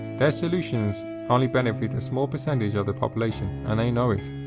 their solutions only benefit a small percentage of the population and they know it.